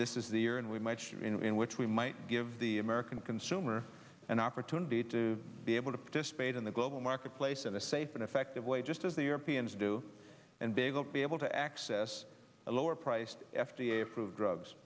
this is the year and we might which we might give the american consumer an opportunity to be able to participate in the global marketplace in a safe and effective way just as the europeans do and they will be able to access a lower priced f d a approved drugs